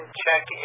check